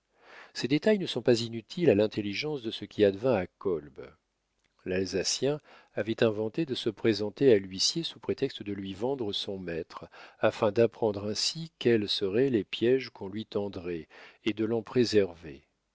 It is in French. ces détails ne sont pas inutiles à l'intelligence de ce qui advint à kolb l'alsacien avait inventé de se présenter à l'huissier sous prétexte de lui vendre son maître afin d'apprendre ainsi quels seraient les piéges qu'on lui tendrait et de l'en préserver